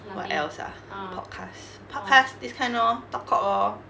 what else ah podcast podcast this kind lor talk cock lor